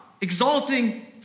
exalting